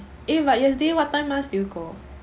eh but yesterday what time mass did you go